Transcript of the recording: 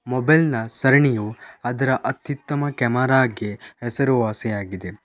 ಮೊಬೈಲ್ನ ಸರಣಿಯು ಅದರ ಅತ್ಯುತ್ತಮ ಕ್ಯಾಮರಾಗೆ ಹೆಸರುವಾಸಿಯಾಗಿದೆ